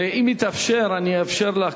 ואם יתאפשר אאפשר לך,